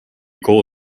call